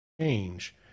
change